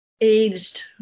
aged